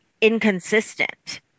inconsistent